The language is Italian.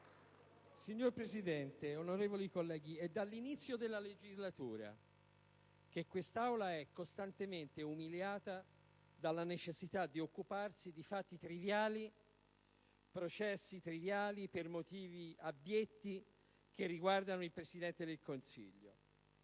Signora Presidente, onorevoli colleghi, è dall'inizio della legislatura che questa Aula è costantemente umiliata dalla necessità di occuparsi di fatti triviali, di processi triviali, per motivi abbietti, che riguardano il Presidente del Consiglio.